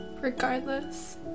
regardless